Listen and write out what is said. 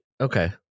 Okay